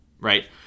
Right